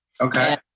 Okay